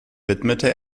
widmete